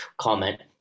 Comment